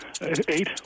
Eight